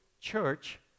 church